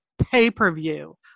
pay-per-view